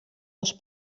dels